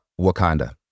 Wakanda